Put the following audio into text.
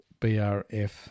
BRF